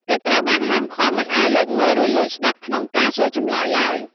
គេត្រូវបានហាមឃាត់មិនឱ្យលួចមើល ឬលួចស្តាប់ក្នុងការសួរចម្លើយឡើយ។